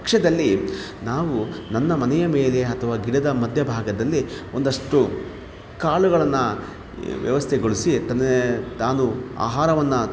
ಪಕ್ಷದಲ್ಲಿ ನಾವು ನಮ್ಮ ಮನೆಯ ಮೇಲೆ ಅಥವಾ ಗಿಡದ ಮಧ್ಯ ಭಾಗದಲ್ಲಿ ಒಂದಷ್ಟು ಕಾಳುಗಳನ್ನು ವ್ಯವಸ್ಥೆಗೊಳಿಸಿ ತನ್ನೇ ತಾನು ಆಹಾರವನ್ನು